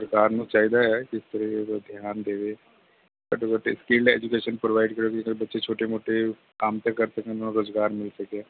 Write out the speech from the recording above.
ਸਰਕਾਰ ਨੂੰ ਚਾਹੀਦਾ ਹੈ ਕਿ ਧਿਆਨ ਦੇਵੇ ਘੱਟੋ ਘੱਟ ਇਹ ਸਕਿੱਲਡ ਅਜੂਕੇਸ਼ਨ ਪ੍ਰੋਵਾਇਡ ਕਰੇ ਜਿਹਦੇ ਨਾਲ ਬੱਚੇ ਛੋਟੇ ਮੋਟੇ ਕੰਮ 'ਤੇ ਕਰ ਸਕਣ ਉਹਨਾਂ ਦਾ ਰੁਜ਼ਗਾਰ ਮਿਲ ਸਕੇ